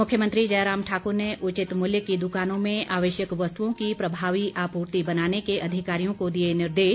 मुख्यमंत्री जयराम ठाकुर ने उचित मूल्य की दुकानों में आवश्यक वस्तुओं की प्रभावी आपूर्ति बनाने के अधिकारियों को दिए निर्देश